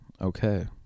Okay